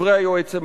דברי היועץ המשפטי.